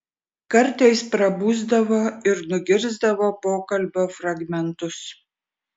kartais prabusdavo ir nugirsdavo pokalbio fragmentus